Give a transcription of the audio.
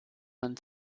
man